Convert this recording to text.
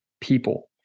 people